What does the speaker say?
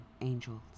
angels